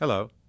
Hello